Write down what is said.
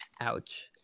Ouch